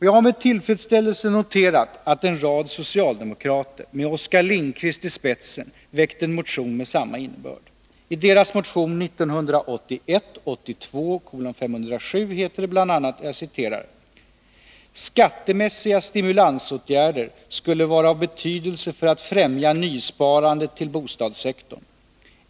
Jag har med tillfredsställelse noterat att en rad socialdemokrater, med Oskar Lindkvist i spetsen, väckt en motion med samma innebörd. I deras motion 1981/82:507 heter det bl. a: ”Skattemässiga stimulansåtgärder skulle vara av betydelse för att främja nysparandet till bostadssektorn.